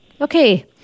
Okay